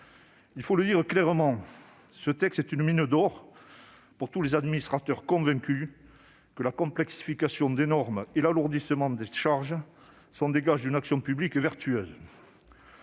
Il faut le dire clairement : ce texte est une mine d'or pour tous les administrateurs convaincus que la complexification des normes et l'alourdissement des charges sont les gages d'une action publique vertueuse.